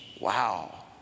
Wow